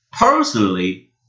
personally